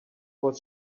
was